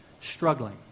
struggling